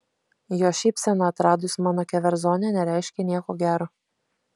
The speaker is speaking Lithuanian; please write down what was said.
jo šypsena atradus mano keverzonę nereiškė nieko gero